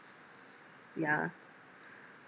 yeah